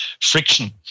friction